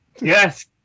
Yes